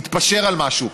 נתפשר על משהו,